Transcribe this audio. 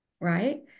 right